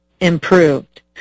improved